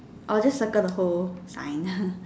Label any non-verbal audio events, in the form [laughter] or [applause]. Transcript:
I will just circle the whole line [noise]